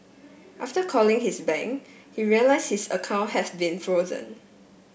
after calling his bank he realise his account has been frozen